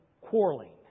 quarreling